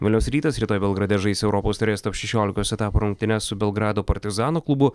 vilniaus rytas rytoj belgrade žais europos taurės top šešiolika etapo rungtynes su belgrado partizanų klubu